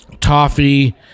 Toffee